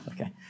okay